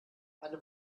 eine